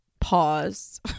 pause